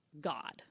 God